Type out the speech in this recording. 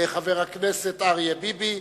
חבר הכנסת אריה ביבי,